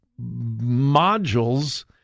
modules